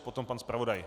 Potom pan zpravodaj.